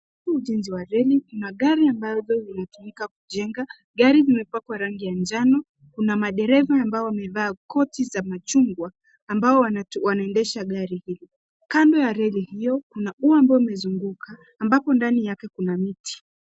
Huu ni ujenzi wa reli kuna gari ambalo linatumika kujenga, gari limepakwa rangi ya njano kuna madereva ambao wamevaa koti za machungwa ambao wanaondesha gari hili. Kando ya reli hiyo kuna ua ambao umezunguka ambapo ndani yake kuna mti.